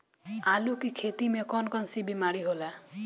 आलू की खेती में कौन कौन सी बीमारी होला?